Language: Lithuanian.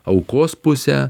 aukos pusę